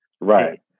Right